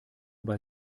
bei